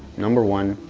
number one,